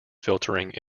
filtering